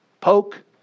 Poke